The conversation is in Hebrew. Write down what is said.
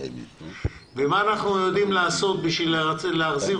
מה אנחנו יודעים לעשות כדי להחזיר